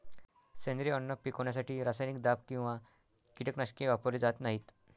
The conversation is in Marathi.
सेंद्रिय अन्न पिकवण्यासाठी रासायनिक दाब किंवा कीटकनाशके वापरली जात नाहीत